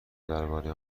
درباره